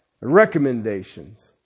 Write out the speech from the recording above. Recommendations